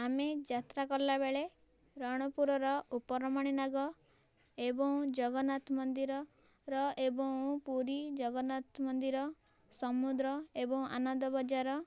ଆମେ ଯାତ୍ର କଲାବେଳେ ରଣପୁରର ଉପର ମଣିନାଗ ଏବଂ ଜଗନ୍ନାଥ ମନ୍ଦିର ର ଏବଂ ପୁରୀ ଜଗନ୍ନାଥ ମନ୍ଦିର ସମୁଦ୍ର ଏବଂ ଆନନ୍ଦ ବଜାର